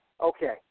Okay